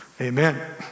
Amen